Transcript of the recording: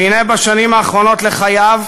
והנה, בשנים האחרונות לחייו